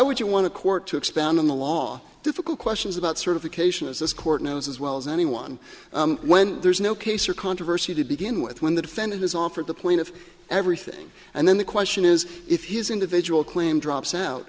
would you want to court to expound on the law difficult questions about certification as this court knows as well as anyone when there's no case or controversy to begin with when the defendant is offered the plaintiff everything and then the question is if he has individual claim drops out